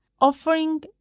offering